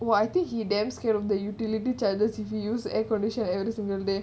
!wah! I think he damn scared of the utility charges if he uses air conditioner every single day